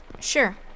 Sure